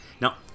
Now